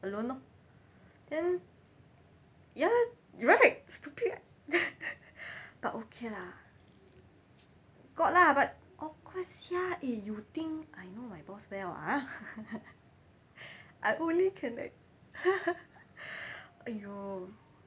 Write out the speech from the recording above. alone lor then ya right stupid right but okay lah got lah but of course sia eh you think I know my boss well ah I only can like !aiyo!